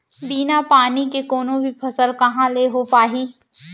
बिना पानी के कोनो भी फसल कहॉं ले हो पाही?